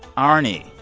arnie,